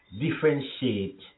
differentiate